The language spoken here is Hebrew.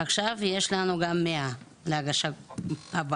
עכשיו יש לנו כבר מאה תיקים להגשה הבאה.